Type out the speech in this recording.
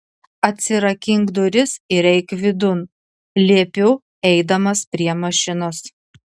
atsirakink duris ir eik vidun liepiu eidamas prie mašinos